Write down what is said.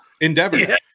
endeavor